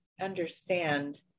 understand